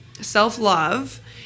self-love